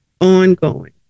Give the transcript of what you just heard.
ongoing